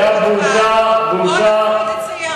שם זה בושה, בושה.